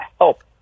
help